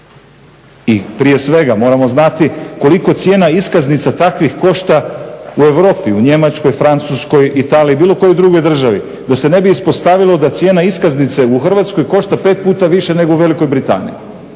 I prije svega moramo znati koliko cijena iskaznica takvih košta u Europi u Njemačkoj, Francuskoj, Italiji bilo kojoj drugoj državi, da se ne bi ispostavilo da cijena iskaznice u Hrvatskoj košta pet puta više nego u Velikoj Britaniji.